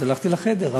אז הלכתי לחדר.